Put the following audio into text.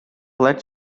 let